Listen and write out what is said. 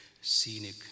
scenic